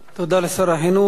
תודה לשר החינוך.